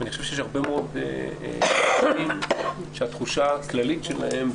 אני חושב שיש הרבה מאוד אנשים שהתחושה הכללית שלהם,